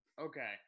Okay